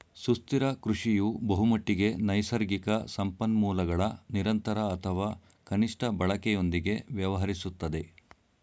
ಸುಸ್ಥಿರ ಕೃಷಿಯು ಬಹುಮಟ್ಟಿಗೆ ನೈಸರ್ಗಿಕ ಸಂಪನ್ಮೂಲಗಳ ನಿರಂತರ ಅಥವಾ ಕನಿಷ್ಠ ಬಳಕೆಯೊಂದಿಗೆ ವ್ಯವಹರಿಸುತ್ತದೆ